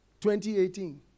2018